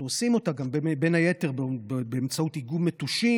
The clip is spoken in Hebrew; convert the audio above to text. אנחנו עושים בין היתר, באמצעות איגום מטושים.